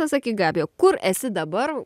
pasakyk gabija kur esi dabar